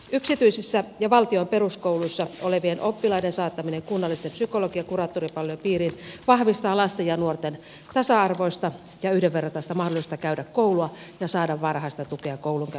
yksityisissä ja valtion peruskouluissa olevien oppilaiden saattaminen kunnallisten psykologi ja kuraattoripalvelujen piiriin vahvistaa lasten ja nuorten tasa arvoista ja yhdenvertaista mahdollisuutta käydä koulua ja saada varhaista tukea koulunkäyntiin liittyviin ongelmiin